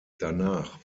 danach